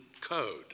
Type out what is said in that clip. code